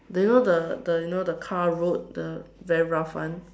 do you know the the you know the car road the very rough one